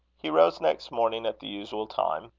he rose next morning at the usual time.